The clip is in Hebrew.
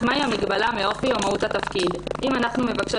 מה היא המגבלה מאופי או מהות התפקיד אם אנחנו מבקשות